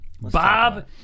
Bob